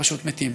פשוט מתים.